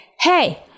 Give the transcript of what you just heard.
Hey